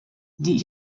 die